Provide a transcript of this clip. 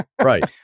right